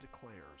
declares